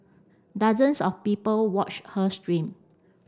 dozens of people watched her stream